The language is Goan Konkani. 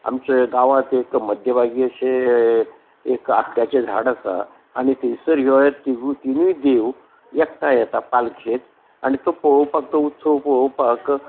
आमचे गांवांत एक मध्यभागी अशे एक आपट्याचें झाड आसा आनी थंयसर ह्यो तिगू तिनूय देव एकठांय येता पालखेत आनी तो पळोवपाक तो उत्सव पळोवपाक